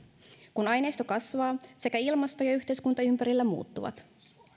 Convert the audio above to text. kun aineisto kasvaa ja sekä ilmasto että yhteiskunta ympärillä muuttuvat